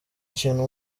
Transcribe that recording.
kintu